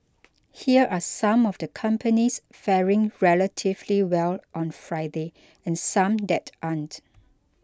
here are some of the companies faring relatively well on Friday and some that aren't